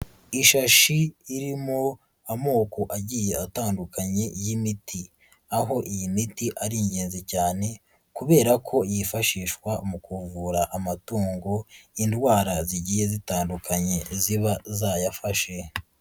Ishashi irimo amoko agiye atandukanye y'imiti aho iyi miti ari ingenzi cyane kubera ko yifashishwa mu kuvura amatungo indwara zigiye zitandukanye ziba zayafashe.